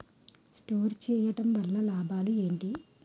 Store చేయడం వల్ల లాభాలు ఏంటి?